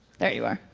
there you are.